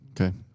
Okay